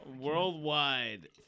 Worldwide